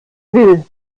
will